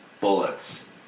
bullets